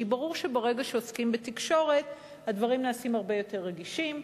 כי ברור שברגע שעוסקים בתקשורת הדברים נעשים הרבה יותר רגישים,